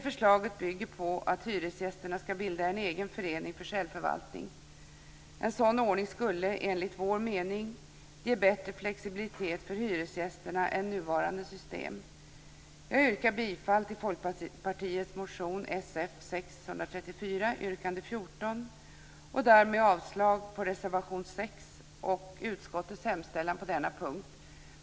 Förslaget bygger på att hyresgästerna skall bilda en egen förening för självförvaltning. En sådan ordning skulle, enligt vår mening, ge större flexibilitet för hyresgästerna än nuvarande system. Jag yrkar bifall till Folkpartiets motion Sf634, yrkande 14 och därmed avslag på reservation 6 och på utskottets hemställan på denna punkt.